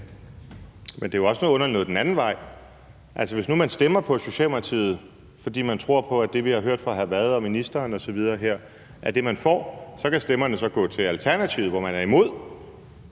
Men det er jo også noget underligt noget den anden vej. Altså, hvis man stemmer på Socialdemokratiet, fordi man tror på, at det, vi har hørt fra hr. Frederik Vad og ministeren osv. her, er det, man får, så kan stemmerne så gå til Alternativet, hvor man er imod.